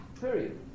Period